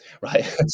Right